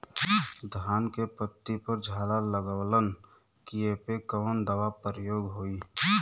धान के पत्ती पर झाला लगववलन कियेपे कवन दवा प्रयोग होई?